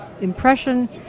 impression